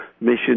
mission